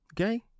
okay